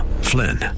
Flynn